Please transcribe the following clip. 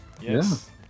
Yes